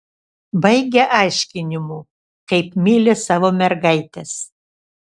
baigia aiškinimu kaip myli savo mergaites